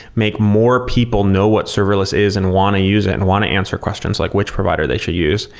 make more people know what serverless is and want to use it and want to answer questions like which provider they should use,